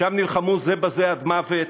שם נלחמו זה בזה עד מוות,